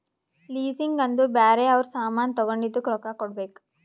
leasing ಅಂದುರ್ ಬ್ಯಾರೆ ಅವ್ರ ಸಾಮಾನ್ ತಗೊಂಡಿದ್ದುಕ್ ರೊಕ್ಕಾ ಕೊಡ್ಬೇಕ್